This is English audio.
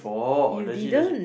you didn't